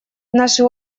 наше